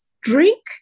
drink